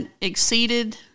exceeded